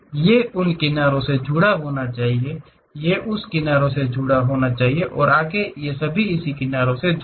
ये उन किनारों से जुड़ा होना चाहिए ये उस किनारों से जुड़ा हुआ है और आगे